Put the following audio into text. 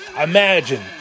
Imagine